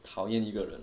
讨厌一个人